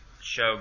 show